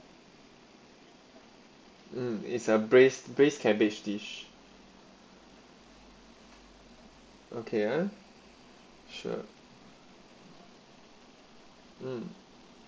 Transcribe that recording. mm it's a braised braised cabbage dish okay ah sure mm